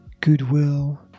goodwill